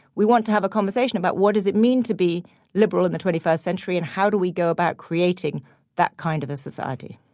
we want to have a conversation about what does it mean to be liberal in the twenty first century and how do we go about creating that kind of a society.